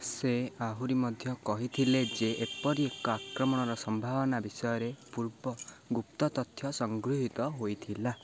ସେ ଆହୁରି ମଧ୍ୟ କହିଥିଲେ ଯେ ଏପରି ଏକ ଆକ୍ରମଣର ସମ୍ଭାବନା ବିଷୟରେ ପୂର୍ବ ଗୁପ୍ତ ତଥ୍ୟ ସଂଗୃହୀତ ହୋଇଥିଲା